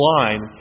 line